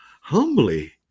humbly